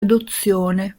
adozione